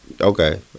Okay